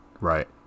Right